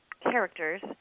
characters